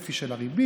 הצפי של הריבית,